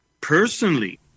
personally